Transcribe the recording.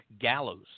Gallows